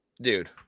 dude